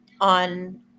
on